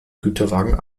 güterwagen